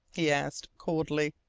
he asked coldly.